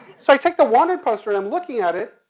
so i take the wanted poster and i'm looking at it.